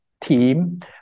team